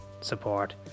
support